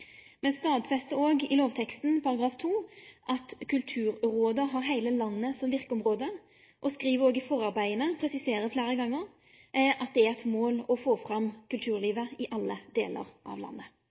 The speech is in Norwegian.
i lovteksten § 2 at Kulturrådet har heile landet som verkeområde, og skriv òg i forarbeida – og presiserer fleire gonger – at det er eit mål å få fram